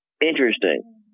Interesting